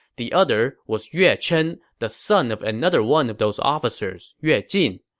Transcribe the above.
the other was yue chen, the son of another one of those officers, yue jin.